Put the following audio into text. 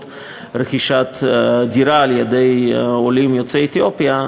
רכישת דירה על-ידי עולים יוצאי אתיופיה,